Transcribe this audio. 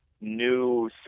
new